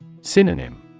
Synonym